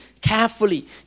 carefully